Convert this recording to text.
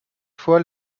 fois